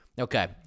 Okay